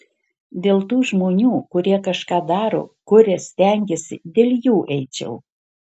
dėl tų žmonių kurie kažką daro kuria stengiasi dėl jų eičiau